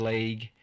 League